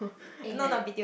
amen